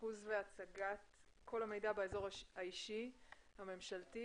ריכוז והצגת כל המידע ב'אזור האישי' הממשלתי,